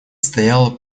стояла